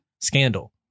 Scandal